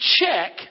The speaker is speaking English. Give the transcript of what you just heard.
check